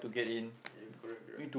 yeah correct correct